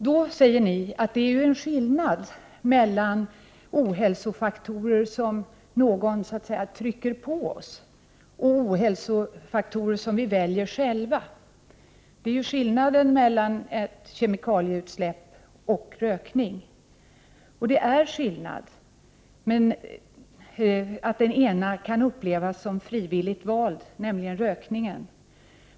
Då säger ni att det är en skillnad mellan ohälsofaktorer som någon så att säga trycker på oss och ohälsofaktorer som vi väljer själva. Det är en skillnad mellan ett kemikalieutsläpp och rökning. Och det är skillnad. Den ena kan upplevas som frivilligt vald, nämligen rökningen. Den andra påtvingad.